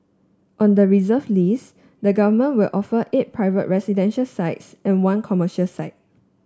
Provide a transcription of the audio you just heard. on the reserve list the government will offer eight private residential sites and one commercial site